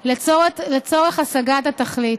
לצורך השגת התכלית.